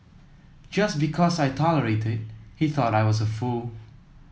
just because I tolerated he thought I was a fool